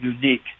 unique